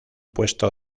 puesto